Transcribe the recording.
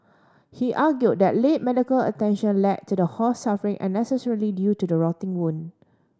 he argued that late medical attention led to the horse suffering unnecessarily due to the rotting wound